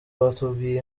batubwiye